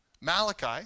Malachi